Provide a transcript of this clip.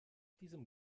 diesem